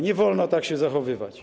Nie wolno tak się zachowywać.